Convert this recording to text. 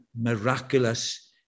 miraculous